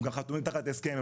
הם גם חתומים תחת הסכם,